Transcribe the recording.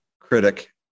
critic